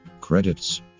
Credits